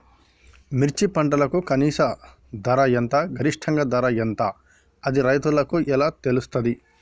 మిర్చి పంటకు కనీస ధర ఎంత గరిష్టంగా ధర ఎంత అది రైతులకు ఎలా తెలుస్తది?